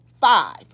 five